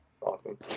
Awesome